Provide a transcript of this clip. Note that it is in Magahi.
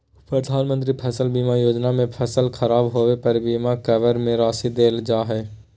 प्रधानमंत्री फसल बीमा योजना में फसल खराब होबे पर बीमा कवर में राशि देल जा हइ